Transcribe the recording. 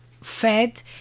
fed